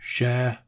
Share